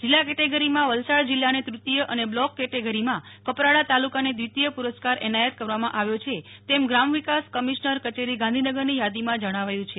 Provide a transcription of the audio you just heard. જિલ્લા કેટેગરીમાં વલસાડ જિલ્લાને નૃતીય અને બ્લોક કેટેગરીમાં કપરાડા તાલુકાને દ્વિતીય પુરસ્કાર એનાયત કરવામાં આવ્યો છે તેમ ગ્રામ વિકાસ કમિશ્નર કચેરી ગાંધીનગરની યાદીમાં જણાવાયું છે